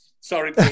Sorry